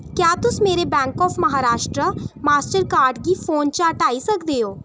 क्या तुस मेरे bank of Maharashtra Mastercard गी फोन चा हटाई सकदे ओ